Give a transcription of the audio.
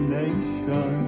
nation